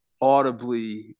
audibly